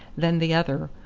then the other,